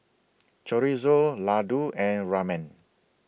Chorizo Ladoo and Ramen